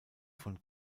von